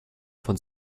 von